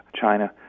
China